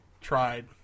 tried